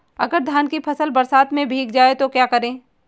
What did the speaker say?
अगर धान की फसल बरसात में भीग जाए तो क्या करें?